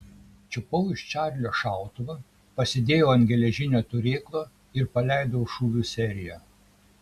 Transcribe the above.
čiupau iš čarlio šautuvą pasidėjau ant geležinio turėklo ir paleidau šūvių seriją